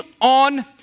on